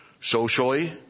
socially